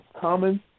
common